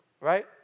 right